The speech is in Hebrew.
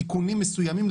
תיקונים מסוימים,